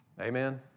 Amen